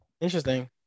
Interesting